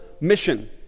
mission